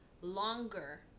longer